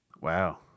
Wow